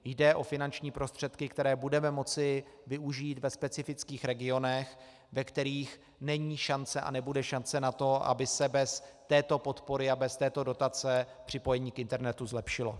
Jde o finanční prostředky, které budeme moci využít ve specifických regionech, ve kterých není a nebude šance na to, aby se bez této podpory a bez této dotace připojení k internetu zlepšilo.